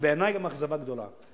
ובעיני גם אכזבה גדולה,